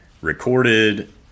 recorded